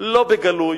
לא בגלוי,